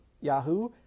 Yahoo